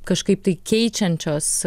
kažkaip tai keičiančios